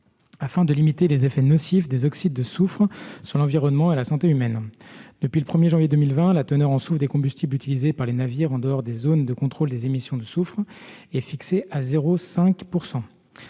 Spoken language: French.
afin de limiter les effets nocifs des oxydes de soufre sur l'environnement et sur la santé humaine. Depuis le 1 janvier 2020, la teneur en soufre des combustibles utilisés par les navires en dehors des zones de contrôle des émissions de soufre est fixée à 0,50